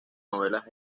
novelas